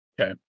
okay